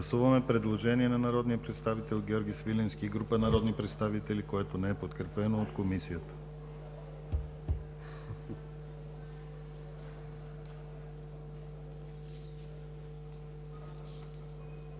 гласуване предложението, направено от народния представител Георги Свиленски и група народни представители, което не се подкрепя от Комисията.